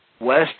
West